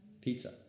Pizza